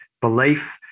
belief